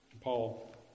Paul